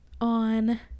on